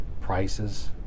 prices